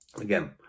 Again